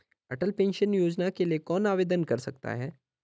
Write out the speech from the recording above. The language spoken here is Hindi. अटल पेंशन योजना के लिए कौन आवेदन कर सकता है?